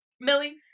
Millie